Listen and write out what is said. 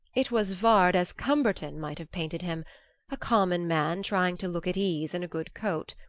it was vard as cumberton might have painted him a common man trying to look at ease in a good coat.